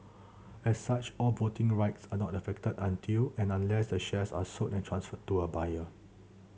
as such all voting rights are not affected until and unless the shares are sold and transferred to a buyer